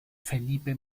felipe